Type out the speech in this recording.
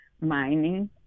mining